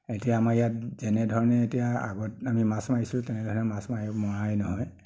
এতিয়া আমাৰ ইয়াত যেনেধৰণে এতিয়া আগত আমি মাছ মাৰিছিলো তেনেধৰণে মাছ মাৰিব মৰাই নহয়